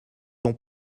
ton